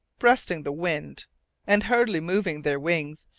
breasting the wind and hardly moving their wings,